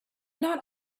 not